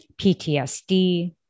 PTSD